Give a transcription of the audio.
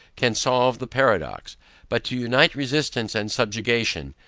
can solve the paradox but to unite resistance and subjection,